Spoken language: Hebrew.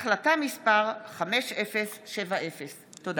החלטה מס' 5070. תודה.